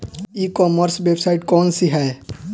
ई commerce website कौन सी है?